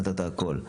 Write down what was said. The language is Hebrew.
נתת הכול,